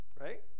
Right